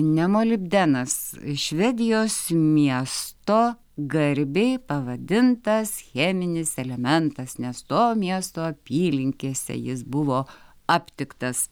ne molibdenas švedijos miesto garbei pavadintas cheminis elementas nes to miesto apylinkėse jis buvo aptiktas